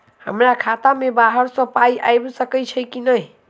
हमरा खाता मे बाहर सऽ पाई आबि सकइय की नहि?